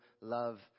love